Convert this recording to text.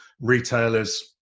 retailers